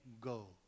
Go